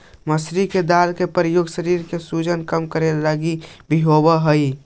मसूरी के दाल के प्रयोग शरीर के सूजन के कम करे लागी भी होब हई